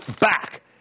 back